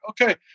Okay